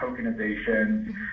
tokenization